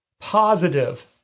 positive